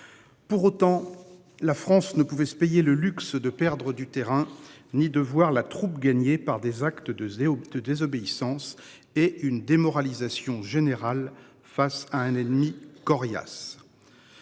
Pour autant, la France ne pouvait se payer le luxe de perdre du terrain ni de voir la troupe gagnées par des actes de de désobéissance et une démoralisation générale face à un ennemi coriace.